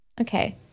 Okay